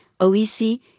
OEC